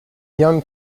young